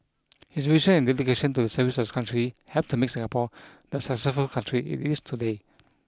his vision and dedication to the service of his country helped to make Singapore the successful country it is today